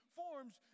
forms